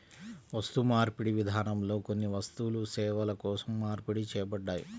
వస్తుమార్పిడి విధానంలో కొన్ని వస్తువులు సేవల కోసం మార్పిడి చేయబడ్డాయి